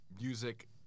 music